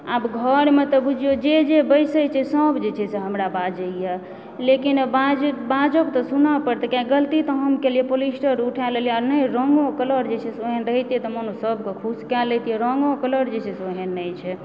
आब घरमे तऽ बुझियौ जे जे बैसै छै सब जे छै से हमरा बाजैए लेकिन बाजब बाजब तऽ सुनऽ पड़तै किआकि गलती तऽ हम केलिऐ पोलिस्टर उठा लेलियै आ नहि रङ्गो कलर जे छै से ओहन रहितै तऽ मने सबके खुश कए लेतियै रङ्गो कलर जे छै से ओहन नहि छै